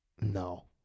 no